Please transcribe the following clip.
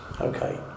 Okay